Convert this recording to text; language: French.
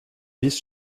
vice